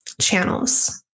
channels